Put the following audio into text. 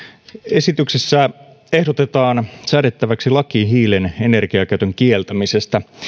esityksessä ehdotetaan säädettäväksi laki hiilen energiakäytön kieltämisestä